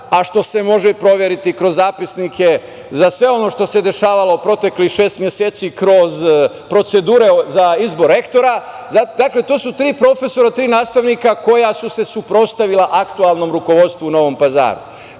a što se može i proveriti kroz zapisnike za sve ono što se dešavalo u proteklih šest meseci kroz procedure za izbor rektora. Dakle, to su tri profesora, tri nastavnika koja su se suprotstavila aktuelnom rukovodstvu u Novom Pazaru,